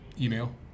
email